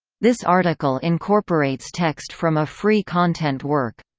this article incorporates text from a free content work.